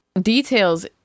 details